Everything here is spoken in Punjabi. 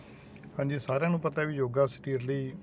ਹਾਂਜੀ ਸਾਰਿਆਂ ਨੂੰ ਪਤਾ ਵੀ ਯੋਗਾ ਸਰੀਰ ਲਈ